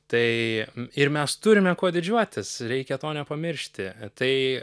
tai ir mes turime kuo didžiuotis reikia to nepamiršti tai